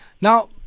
Now